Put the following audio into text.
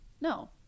No